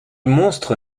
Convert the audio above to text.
monstre